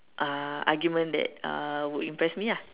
uh argument that uh would impress me ah